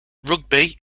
rugby